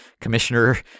commissioner